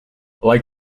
like